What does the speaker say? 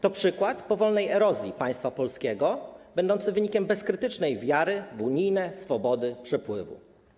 To przykład powolnej erozji państwa polskiego, będącej wynikiem bezkrytycznej wiary w unijne swobody przepływu.